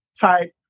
type